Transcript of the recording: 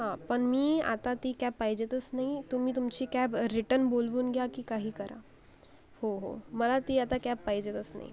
हा पण मी आता ती कॅब पाहिजेतच नाही तुम्ही तुमची कॅब रिटर्न बोलवून घ्या की काही करा हो हो मला ती आता कॅब पाहिजेतच नाही